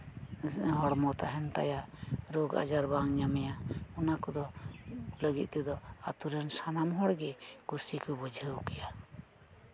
ᱦᱚᱲᱢᱚ ᱛᱟᱦᱮᱸᱱ ᱛᱟᱭᱟ ᱨᱳᱜᱽ ᱟᱡᱟᱨ ᱵᱟᱝ ᱧᱟᱢᱮᱭᱟ ᱚᱱᱟᱛᱮᱫᱚ ᱩᱱᱠᱩ ᱞᱟᱹᱜᱤᱫ ᱛᱮᱫᱚ ᱟᱛᱳ ᱨᱮᱱ ᱥᱟᱱᱟᱢ ᱦᱚᱲ ᱠᱩᱥᱤ ᱠᱚ ᱵᱩᱡᱷᱟᱹᱣ ᱠᱮᱭᱟ